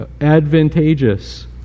advantageous